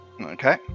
Okay